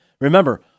Remember